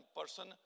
person